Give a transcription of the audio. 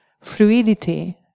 fluidity